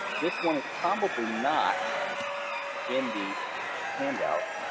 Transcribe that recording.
this one is probably not in the handout.